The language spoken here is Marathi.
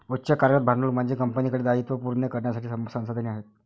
उच्च कार्यरत भांडवल म्हणजे कंपनीकडे दायित्वे पूर्ण करण्यासाठी संसाधने आहेत